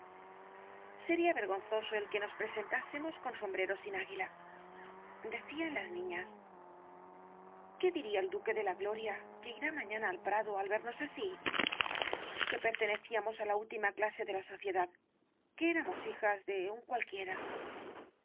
sería vergonzoso el que nos presentáramos con sombreros sin águiladecían las niñas qué diría el duque de la gloria que irá mañana al prado al vernos así que pertenecíamos á la última clase de la sociedad que éramos hijas de un cualquiera